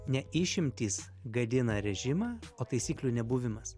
ne išimtys gadina režimą o taisyklių nebuvimas